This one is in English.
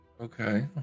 Okay